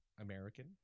American